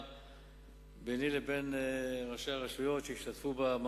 ביני לבין ראשי הרשויות שהשתתפו בה,